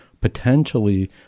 potentially